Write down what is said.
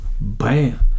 bam